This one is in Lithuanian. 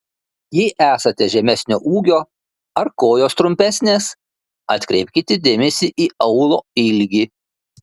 jei esate žemesnio ūgio ar kojos trumpesnės atkreipkite dėmesį į aulo ilgį